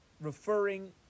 referring